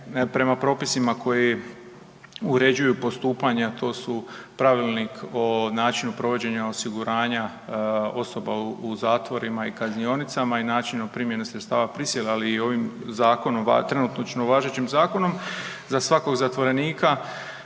prema propisima koja uređuju postupanja, a to su Pravilnik o načinu provođenja osiguranja osoba u zatvorima i kaznionicama i načinu primjene sredstava prisile, ali i ovim zakonom, trenutačno važećim zakonom, za svakog zatvorenika